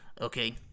okay